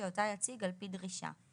שאותה יציג על פי דרישה.